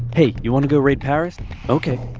hey, you wanna go raid paris okay.